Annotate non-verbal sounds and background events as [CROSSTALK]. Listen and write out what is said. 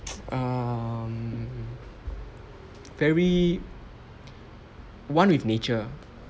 [NOISE] um very one with nature